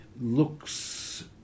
looks